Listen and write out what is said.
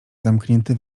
zamknięty